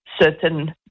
certain